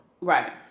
right